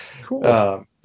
Cool